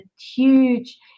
huge